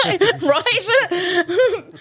right